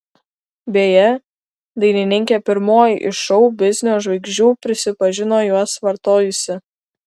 beje dainininkė pirmoji iš šou biznio žvaigždžių prisipažino juos vartojusi